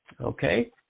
Okay